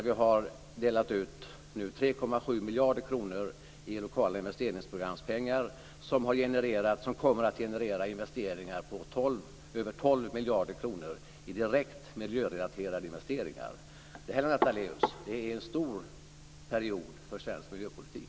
Vi har nu delat ut 3,7 miljarder kronor för lokala investeringsprogram, som kommer att generera investeringar på över 12 miljarder kronor i direkt miljörelaterade investeringar. Detta, Lennart Daléus, är en stor period för svensk miljöpolitik.